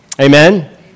Amen